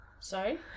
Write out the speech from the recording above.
sorry